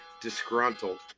disgruntled